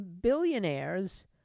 billionaires